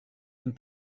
une